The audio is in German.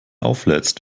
auflädst